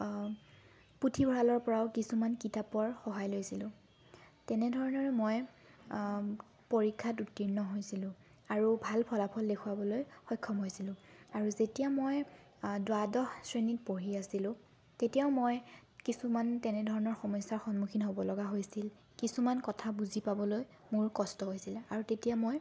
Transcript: পুথিভঁৰালৰ পৰাও কিছুমান কিতাপৰ সহায় লৈছিলোঁ তেনেধৰণৰ মই পৰীক্ষাত উত্তিৰ্ণ হৈছিলোঁ আৰু ভাল ফলাফল দেখুৱাবলৈ সক্ষম হৈছিলোঁ আৰু যেতিয়া মই দ্বাদশ শ্ৰেণীত পঢ়ি আছিলোঁ তেতিয়াও মই কিছুমান তেনেধৰণৰ সমস্যাৰ সন্মখীন হ'ব লগা হৈছিল কিছুমান কথা বুজি পাবলৈ মোৰ কষ্ট হৈছিল আৰু তেতিয়া মই